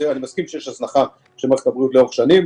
אני מסכים שיש הזנחה של מערכת הבריאות לאורך שנים,